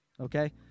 okay